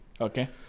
Okay